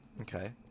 Okay